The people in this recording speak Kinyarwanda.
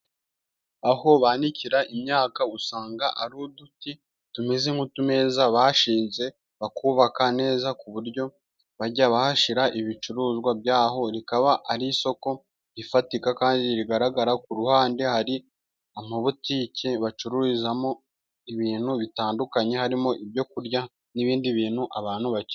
Aho banikira imyaka usanga ari uduti tumeze nk'utumeza bashinze bakubaka neza ku buryo bajya bahashyira ibicuruzwa byaho rikaba ari isoko rifatika kandi rigaragara, ku ruhande hari amabotike bacururizamo ibintu bitandukanye harimo ibyo kurya n'ibindi bintu abantu bakenera.